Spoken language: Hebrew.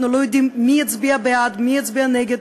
אנחנו לא יודעים מי הצביע בעד, מי הצביע נגד,